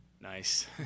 Nice